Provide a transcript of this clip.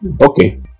Okay